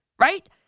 right